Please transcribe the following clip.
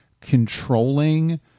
controlling